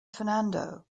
fernando